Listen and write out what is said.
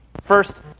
First